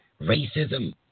racism